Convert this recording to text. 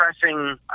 pressing